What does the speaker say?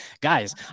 Guys